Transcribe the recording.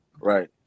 Right